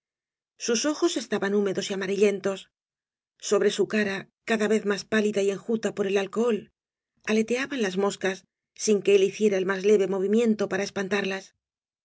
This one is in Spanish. sus ojos estaban húmedos y amarillentos sobre su cara cada vez más pálida y enjuta por el alcohol ale toaban las moscas sin que él hiciera el más leve movimiento para espantarlas